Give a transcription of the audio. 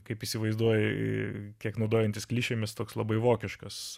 kaip įsivaizduoji kiek naudojantis klišėmis toks labai vokiškas